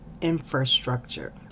Infrastructure